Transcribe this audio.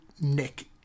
Nick